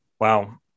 Wow